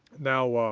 now,